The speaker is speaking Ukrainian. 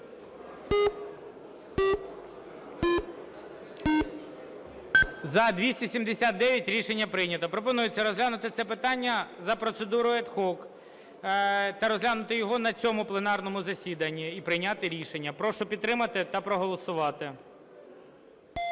За-279 Рішення прийнято. Пропонується розглянути це питання за процедурою ad hoc та розглянути його на цьому пленарному засіданні і прийняти рішення. Прошу підтримати та проголосувати.